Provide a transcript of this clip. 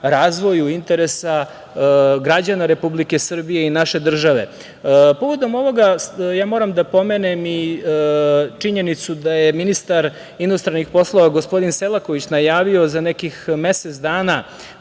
razvoju interesa građana Republike Srbije i naše države. Povodom ovoga moram da pomenem i činjenicu da je ministar inostranih poslova gospodin Selaković najavio za nekih mesec dana